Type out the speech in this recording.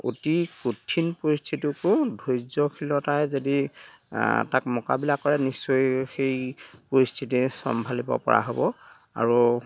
অতি কঠিন পৰিস্থিতিকো ধৈৰ্যশীলতাৰে যদি তাক মোকাবিলা কৰে নিশ্চয় সেই পৰিস্থিতি চম্ভালিব পৰা হ'ব আৰু